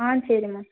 ஆ சரி மேம்